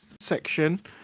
section